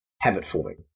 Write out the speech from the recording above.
habit-forming